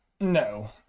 No